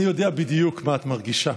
אני יודע בדיוק מה את מרגישה.